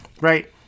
right